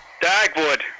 Dagwood